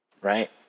right